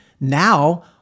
now